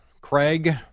craig